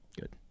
Good